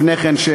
לפני כן,